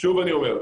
שוב אני אומר,